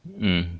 mm